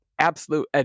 absolute